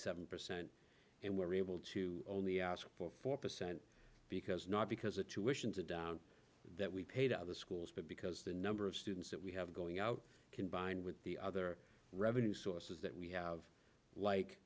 seven percent and we're able to only ask for four percent because not because the tuitions it down that we pay to other schools but because the number of students that we have going out combined with the other revenue sources that we have like